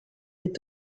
est